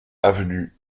avenue